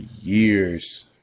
years